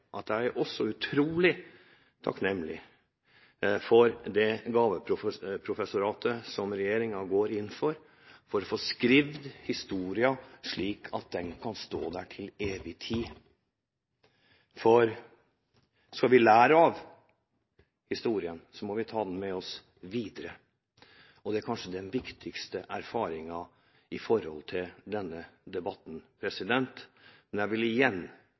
som regjeringen går inn for, for å få skrevet historien slik at den kan stå der til evig tid. Skal vi lære av historien, må vi ta den med oss videre. Det er kanskje den viktigste erfaringen i denne debatten. Men jeg vil igjen